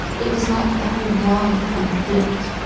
it was like the whole world had been flipped,